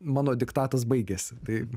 mano diktatas baigiasi tai